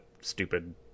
stupid